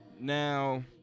Now